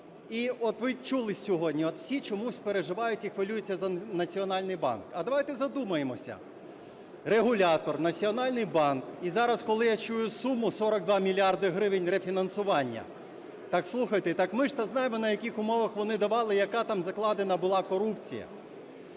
І от ви чули сьогодні. Всі чомусь переживають і хвилюються за Національний банк. А давайте задумаємося – регулятор Національний банк. І зараз, коли я чую суму 42 мільярди гривень рефінансування, так слухайте. Так ми ж то знаємо, на яких умовах вони давали, яка там закладена була корупція.